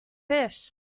fish